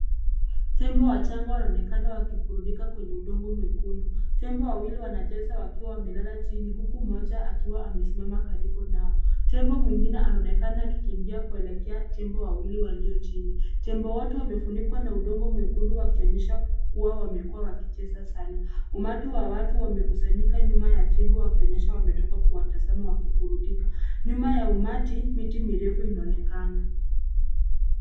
Tembo wa chango wanaonekana wakiburudika kwenye udongo mwekundu. Tembo wawili wanacheza wakiwa wamelala chini huku moja akiwa amesimama karibu nao. Tembo mwingine anaonekana akikimbia kuelekea tembo wawili walio chini. Tembo wato wamefunikwa na udongo mwekundu wakionyesha kuwa wamekuwa wakicheza sana. Umati wa watu wamekusanyika nyuma ya tembo wakionyesha wametoka kuwatazama wakiburundika. Nyuma ya umati miti mirefu inaonekana.